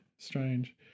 Strange